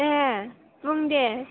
ए बुं दे